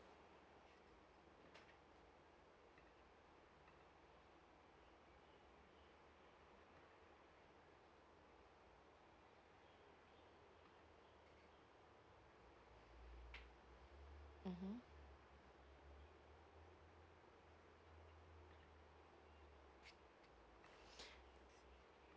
mmhmm